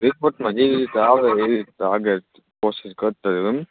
રીપોર્ટમાં જેવી રીતે આવે છે એવી રીતે આગળ કોશિશ કરતા રહેવું એમ